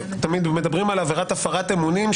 מדברים על עבירת הפרת אמונים,